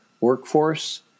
workforce